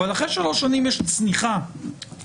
אבל אחרי שלוש שנים יש צניחה דרמטית.